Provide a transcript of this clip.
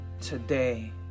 today